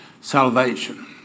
salvation